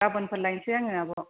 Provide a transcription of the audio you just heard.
गाबोनफोर लायनिसै आङो आब'